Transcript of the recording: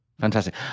Fantastic